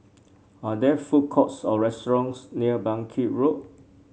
are there food courts or restaurants near Bangkit Road